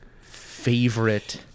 favorite